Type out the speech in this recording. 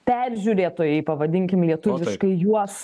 peržiūrėtojai pavadinkim lietuviškai juos